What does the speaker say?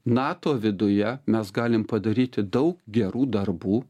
nato viduje mes galim padaryti daug gerų darbų